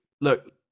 Look